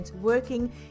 working